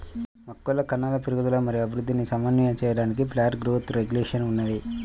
మొక్కలలో కణాల పెరుగుదల మరియు అభివృద్ధిని సమన్వయం చేయడానికి ప్లాంట్ గ్రోత్ రెగ్యులేషన్స్ ఉన్నాయి